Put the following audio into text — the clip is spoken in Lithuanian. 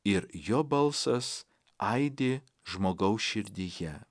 ir jo balsas aidi žmogaus širdyje